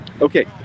Okay